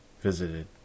visited